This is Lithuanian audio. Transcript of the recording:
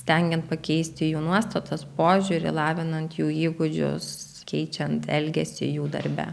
stengiant pakeisti jų nuostatas požiūrį lavinant jų įgūdžius keičiant elgesį jų darbe